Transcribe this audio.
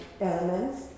elements